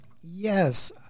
Yes